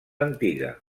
antiga